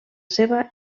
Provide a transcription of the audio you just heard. seva